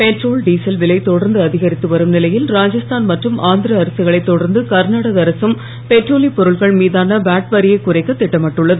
petrol diesel விலை தொடர்ந்து அதிகரித்து வரும் நிலையில் ராஜஸ்தான் மற்றும் ஆந்திர அரசுகளைத் தொடர்ந்து கர்நாடக அரசும் பெட்ரோலியப் பொருட்கள் மீதான வாட் வரியைக் குறைக்கத் இட்டமிட்டுள்ளது